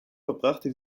verbrachte